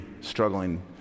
struggling